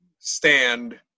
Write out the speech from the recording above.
stand